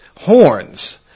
horns